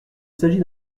s’agit